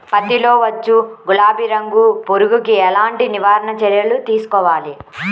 పత్తిలో వచ్చు గులాబీ రంగు పురుగుకి ఎలాంటి నివారణ చర్యలు తీసుకోవాలి?